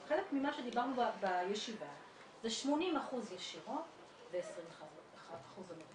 חלק ממה שדיברנו גם בישיבה זה 80% ישירות ו-20% למטופל.